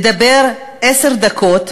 לדבר עשר דקות,